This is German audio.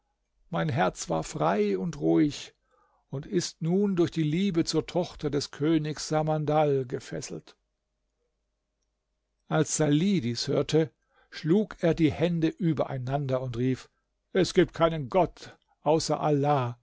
mein herz war frei und ruhig und ist nun durch die liebe zur tochter des königs samandal gefesselt als salih dies hörte schlug er die hände übereinander und rief es gibt keinen gott außer allah